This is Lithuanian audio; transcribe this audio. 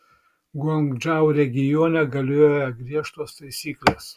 guangdžou regione galioja griežtos taisyklės